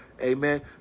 Amen